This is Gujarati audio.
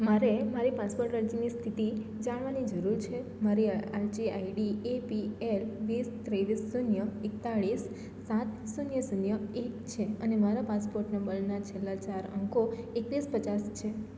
મારે મારી પાસપોર્ટ અરજીની સ્થિતિ જાણવાની જરૂર છે મારી અરજી આઈડી એ પી એલ વીસ ત્રેવીસ શૂન્ય એકતાળીસ સાત શૂન્ય શૂન્ય એક છે અને મારા પાસપોર્ટ નંબરના છેલ્લા ચાર અંકો એકવીસ પચાસ છે